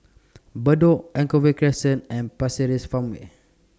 Bedok Anchorvale Crescent and Pasir Ris Farmway